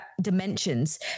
dimensions